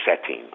setting